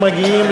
לא נתקבלה.